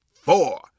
four